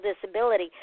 disability